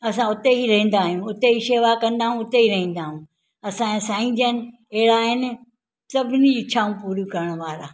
असां हुते ई रहींदा आहियूं हुते ई शेवा कंदायूं हुते ई रहींदायूं असांजो साईंजन अहिड़ा आहिनि सभिनी इछाऊं पुरियूं करणु वारा